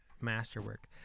masterwork